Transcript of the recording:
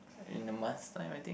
in a month's time I think